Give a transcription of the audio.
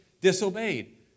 disobeyed